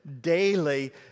daily